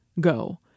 go